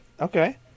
Okay